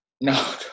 No